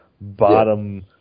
bottom